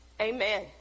Amen